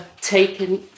taken